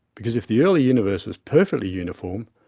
because if the early universe was perfectly uniform,